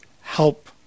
help